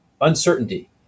uncertainty